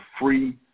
free